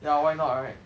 ya why not right